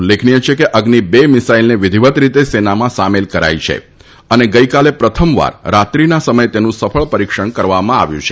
ઉલ્લેખનીય છે કે અઝિ બે મિસાઇલને વિધીવત રીતે સેનામાં સામેલ કરાઇ છે અને ગઇકાલે પ્રથમવાર રાત્રિના સમયે તેનું સફળ પરીક્ષણ કરવામાં આવ્યું છે